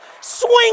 Swing